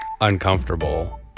uncomfortable